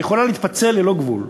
יכולה להתפצל ללא גבול,